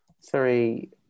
sorry